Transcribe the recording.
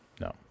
No